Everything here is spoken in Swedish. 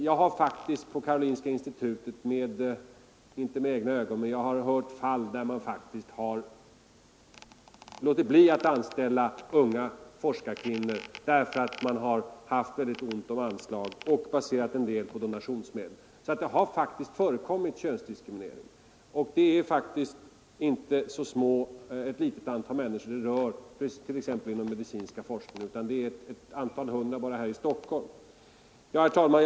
Jag har från Karolinska institutet hört berättas om fall där man faktiskt låtit bli att anställa unga forskarkvinnor därför att man haft ont om anslag och baserat en del av verksamheten på donationsmedel. Det har alltså faktiskt förekommit könsdiskriminering. Det rör ett inte så litet antal människor inom t.ex. den medicinska forskningen — bara i Stockholm är det fråga om några hundra personer. Herr talman!